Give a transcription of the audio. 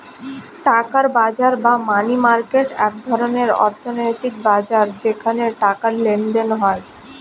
টাকার বাজার বা মানি মার্কেট এক ধরনের অর্থনৈতিক বাজার যেখানে টাকার লেনদেন হয়